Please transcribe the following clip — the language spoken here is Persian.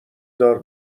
دار